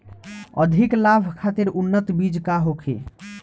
अधिक लाभ खातिर उन्नत बीज का होखे?